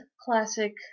classic